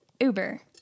Uber